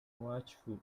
watchful